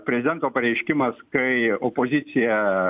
prezidento pareiškimas kai opozicija